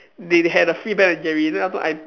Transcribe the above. they had a free Ben and Jerry then I thought I